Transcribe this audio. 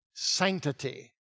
sanctity